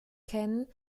kennen